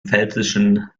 pfälzischen